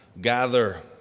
gather